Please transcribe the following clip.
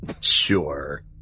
Sure